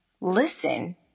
listen